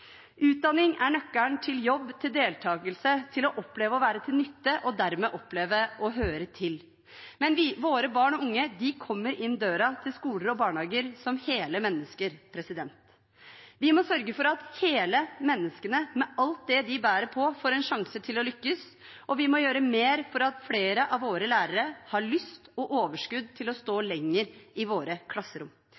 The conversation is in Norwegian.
Utdanning er nøkkelen til jobb, til deltakelse, til å oppleve å være til nytte og dermed oppleve å høre til, men våre barn og unge kommer inn døren til skoler og barnehager som hele mennesker. Vi må sørge for at hele menneskene, med alt det de bærer på, får en sjanse til å lykkes, og vi må gjøre mer for at flere av våre lærere har lyst og overskudd til å stå